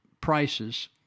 prices